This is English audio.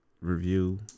review